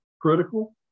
critical